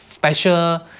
Special